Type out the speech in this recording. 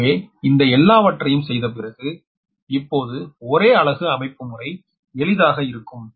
எனவே இந்த எல்லாவற்றையும் செய்த பிறகு இப்போது ஒரே அலகு அமைப்புமுறை எளிதாக இருக்கும்